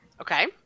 Okay